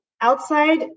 outside